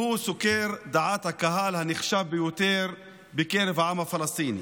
שהוא סוקר דעת הקהל הנחשב ביותר בקרב העם הפלסטיני.